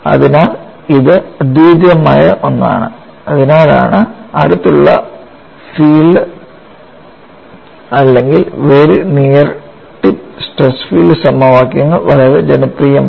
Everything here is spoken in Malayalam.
അതിനാൽ ഇത് അദ്വിതീയമായ ഒന്നാണ് അതിനാലാണ് അടുത്തുള്ള ഫീൽഡ് അല്ലെങ്കിൽ very near tip stress field സമവാക്യങ്ങൾ വളരെ ജനപ്രിയമായത്